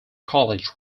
college